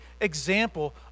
example